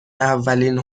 اولین